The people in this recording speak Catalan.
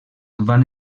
van